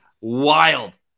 wild